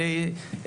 עלי,